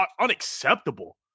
unacceptable